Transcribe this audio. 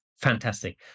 fantastic